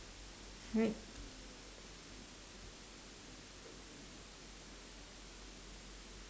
right